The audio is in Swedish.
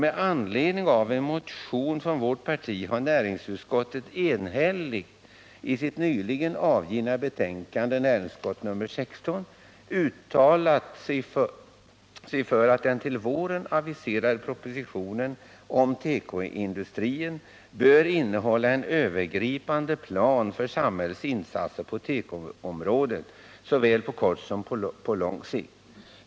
Med anledning av en motion från vårt parti har näringsutskottet enhälligt i sitt nyligen avgivna betänkande nr 16 uttalat sig för att den till våren aviserade propositionen om tekoindustrin bör innehålla en övergripande plan för samhällets insatser på tekoområdet såväl på kort som på lång sikt.